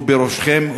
הוא בראשכם,